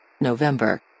November